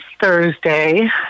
Thursday